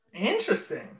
Interesting